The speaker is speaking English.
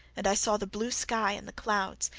and i saw the blue sky and the clouds,